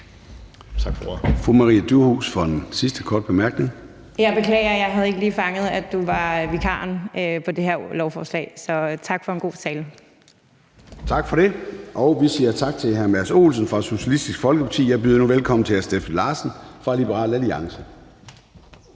Tak for det. Vi siger tak til hr. Mads Olsen fra Socialistisk Folkeparti. Jeg byder nu velkommen til hr. Steffen Larsen fra Liberal Alliance.